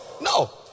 No